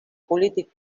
polític